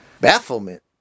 Bafflement